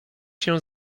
się